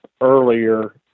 earlier